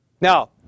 now